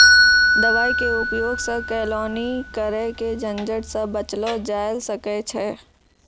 दवाई के उपयोग सॅ केलौनी करे के झंझट सॅ बचलो जाय ल सकै छै